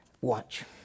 Watch